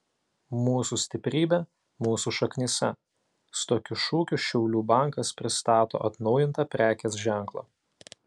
mūsų stiprybė mūsų šaknyse su tokiu šūkiu šiaulių bankas pristato atnaujintą prekės ženklą